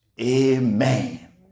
Amen